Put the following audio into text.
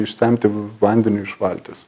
išsemti vandeniui iš valties